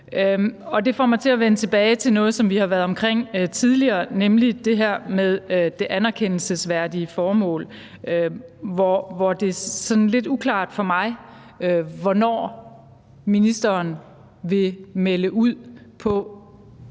Det får mig til at vende tilbage til noget, som vi har været omkring tidligere, nemlig det her med det anerkendelsesværdige formål. Det er sådan lidt uklart for mig, hvornår ministeren vil melde ud,